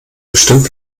bestimmt